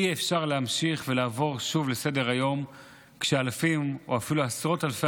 אי-אפשר להמשיך ולעבור שוב לסדר-היום כשאלפים ואפילו עשרות אלפי